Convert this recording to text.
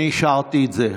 כן, אני אישרתי את זה.